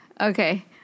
okay